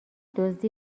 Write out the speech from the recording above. دزدی